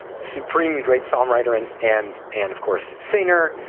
supremely great songwriter and and and of course, singer,